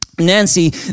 Nancy